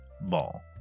ball